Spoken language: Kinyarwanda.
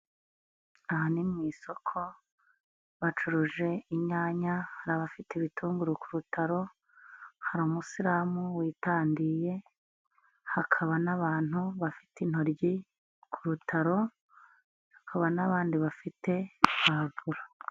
Aha ni mu isoko, bacuruje inyanya, hari abafite ibitunguru ku rutaro, hari umusilamu witadiye, hakaba n'abantu bafite intoryi ku rutaro, hakaba n'abandi bafite pavuro.